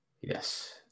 Yes